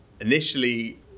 initially